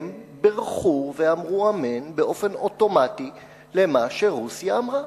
הם בירכו ואמרו אמן באופן אוטומטי על מה שרוסיה אמרה.